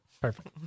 Perfect